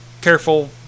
careful